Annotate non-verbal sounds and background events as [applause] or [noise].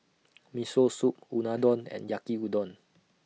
[noise] Miso Soup Unadon [noise] and Yaki Udon